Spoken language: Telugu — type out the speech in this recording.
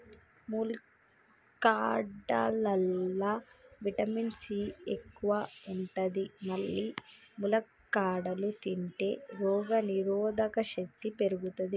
ములక్కాడలల్లా విటమిన్ సి ఎక్కువ ఉంటది మల్లి ములక్కాడలు తింటే రోగనిరోధక శక్తి పెరుగుతది